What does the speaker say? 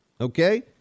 Okay